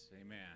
Amen